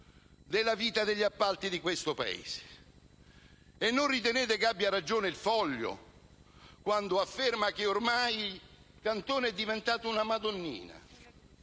della vita degli appalti di questo Paese? Non ritenete che abbia ragione «Il Foglio» quando afferma che ormai Cantone è diventata una Madonnina